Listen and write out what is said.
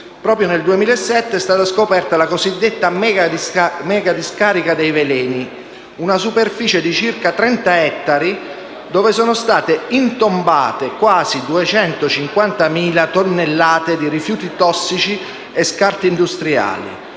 Proprio nel 2007 è stata scoperta la cosiddetta megadiscarica dei veleni: una superficie di circa 30 ettari dove sono state intombate quasi 250.000 tonnellate di rifiuti tossici e scarti industriali,